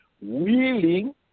willing